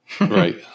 Right